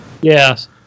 Yes